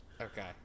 Okay